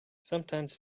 sometimes